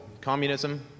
communism